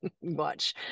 watch